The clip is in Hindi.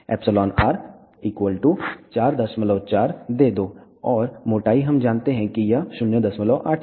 εr 44 दे दो और मोटाई हम जानते हैं कि यह 08 है